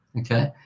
Okay